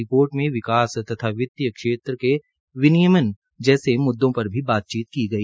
report में विकास तथा वित्तीय क्षेत्र के विनियमन जैसे मुद्दे पर भी बातचीत की गई